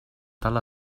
tal